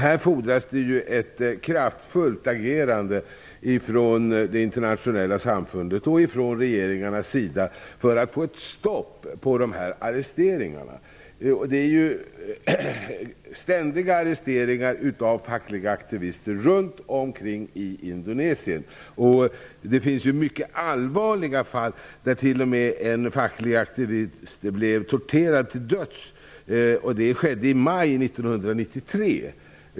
Här fordras ett kraftfullt agerande från det internationella samfundets och från regeringarnas sida för att få ett stopp på dessa arresteringar. Det sker ständiga arresteringar av fackliga aktivister runt om i Indonesien. Det har förekommit mycket allvarliga fall, där t.o.m. en facklig aktivist blev torterad till döds. Det skedde i maj 1993.